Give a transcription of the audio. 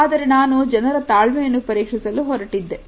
ಆದರೆ ನಾನು ಜನರ ತಾಳ್ಮೆಯನ್ನು ಪರೀಕ್ಷಿಸಲು ಹೊರಟಿದ್ದೆ